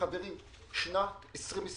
חברים, שנת 2020